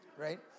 right